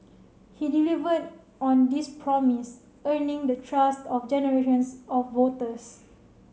he delivered on this promise earning the trust of generations of voters